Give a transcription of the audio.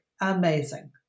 amazing